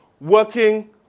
working